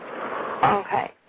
Okay